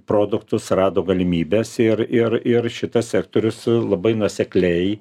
produktus rado galimybes ir ir ir šitas sektorius labai nuosekliai